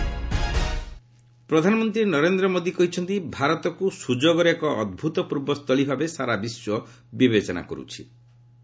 PM Chennai ପ୍ରଧାନମନ୍ତ୍ରୀ ନରେନ୍ଦ୍ର ମୋଦି କହିଛନ୍ତି ଭାରତକୁ ସୁଯୋଗର ଏକ ଅଭ୍ତପୂର୍ବ ସ୍ଥଳୀ ଭାବେ ସାରା ବିଶ୍ୱ ବିବେଚନା କର୍ତ୍ତି